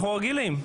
אנחנו רגילים,